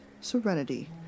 Serenity